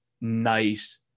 nice